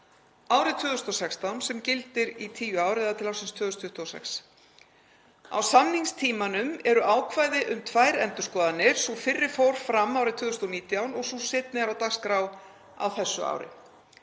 árið 2016, sem gildir í tíu ár eða til ársins 2026. Á samningstímanum eru ákvæði um tvær endurskoðanir. Sú fyrri fór fram árið 2019 og sú seinni er á dagskrá á þessu ári.